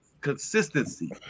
consistency